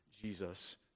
Jesus